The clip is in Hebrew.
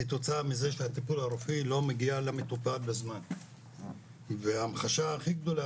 כתוצאה מזה שהטיפול הרפואי לא מגיע למטופל בזמן והמחשה הכי גדולה